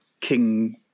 king